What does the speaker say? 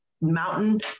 mountain